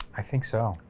i think so,